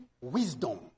wisdom